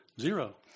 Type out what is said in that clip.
zero